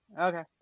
Okay